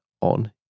on